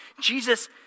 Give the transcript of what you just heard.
Jesus